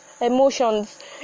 emotions